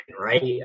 right